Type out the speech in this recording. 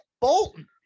Bolton